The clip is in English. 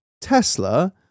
Tesla